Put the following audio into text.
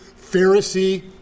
Pharisee